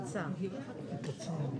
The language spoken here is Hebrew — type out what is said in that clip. נושא המוסד הציבורי,